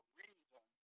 reason